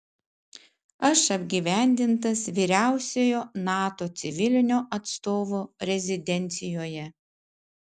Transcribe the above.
aš apgyvendintas vyriausiojo nato civilinio atstovo rezidencijoje